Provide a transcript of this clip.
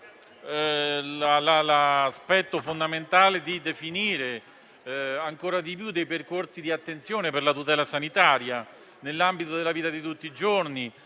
l'aspetto fondamentale di definire ancora di più dei percorsi di attenzione per la tutela sanitaria nell'ambito della vita di tutti i giorni.